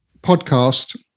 podcast